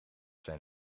zijn